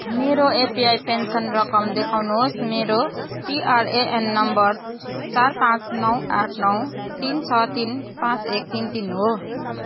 मेरो API pension रकम देखाउनुहोस् मेरो पीआरएएन नम्बर चार पाँच नौ आठ नौ तीन छ तीन पाँच एक तीन तीन हो